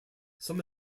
some